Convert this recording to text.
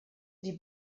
die